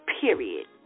period